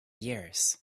years